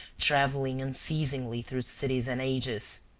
traveling unceasingly through cities and ages!